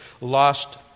lost